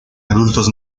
adultos